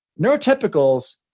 neurotypicals